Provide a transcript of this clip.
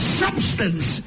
substance